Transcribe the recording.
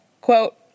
Quote